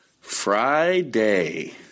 Friday